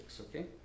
okay